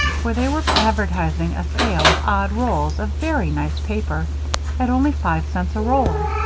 where they were advertising a sale of odd rolls of very nice paper at only five cents a roll.